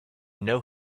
know